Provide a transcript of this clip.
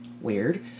Weird